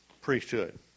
priesthood